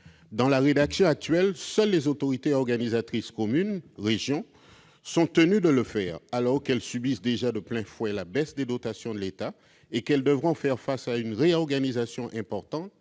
Dans la rédaction actuelle, seules les autorités organisatrices communes, les régions, sont tenues de le faire, alors qu'elles subissent déjà de plein fouet la baisse des dotations de l'État et qu'elles devront faire face à une réorganisation importante